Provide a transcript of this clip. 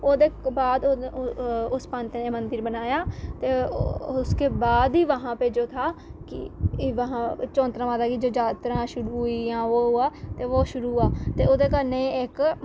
ओह्दे बाद उस पंत ने मंदिर बनाया ते उसके बाद ही वहां पे जो था कि वहां चौंतरां माता दी जो जातरां शुरू होइयां ते ओह् होआ ते ओह् शुरू होआ ते ओह्दे कन्नै एक्क